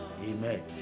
Amen